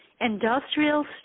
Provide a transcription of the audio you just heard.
industrial